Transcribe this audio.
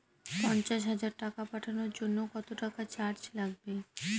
পণ্চাশ হাজার টাকা পাঠানোর জন্য কত টাকা চার্জ লাগবে?